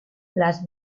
las